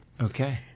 Okay